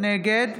נגד